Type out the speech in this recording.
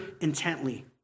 intently